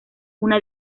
una